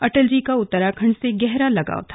अटल जी का उत्तराखण्ड से गहरा लगाव था